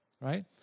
right